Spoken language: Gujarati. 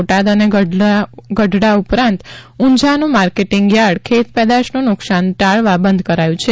બોટાદ અને ગઢડા ઉપરાંત ઉંઝાનું માર્કેટીંગ યાર્ડ ખેતપેદાશનુ નુકશાન ટાળવા બંધ કરાયું છે